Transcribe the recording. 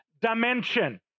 dimension